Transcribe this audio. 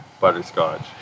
butterscotch